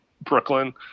Brooklyn